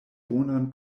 bonan